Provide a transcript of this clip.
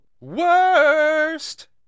worst